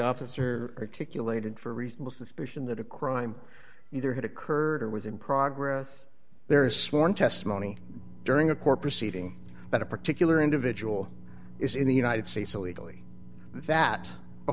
officer articulated for reasonable suspicion that a crime either had occurred or was in progress there is sworn testimony during a court proceeding but a particular individual is in the united states illegally that a